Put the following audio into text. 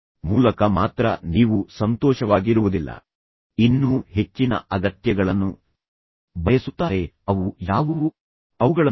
ಒಂದು ಸಂವಾದದಲ್ಲಿ ಯಾವುದು ಪ್ರಚೋದಿಸುತ್ತದೆ ಆ ಸಂಘರ್ಷದ ಸಮಯ ಯಾವುದು ಮತ್ತು ಆ ವಿರಾಮ ಯಾವುದು